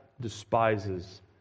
despises